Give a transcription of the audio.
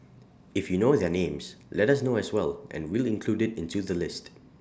if you know their names let us know as well and we'll include IT into the list